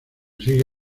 sigue